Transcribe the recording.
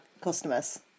customers